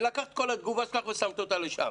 ולקחת את כל התגובה שלך ושמת אותה לשם.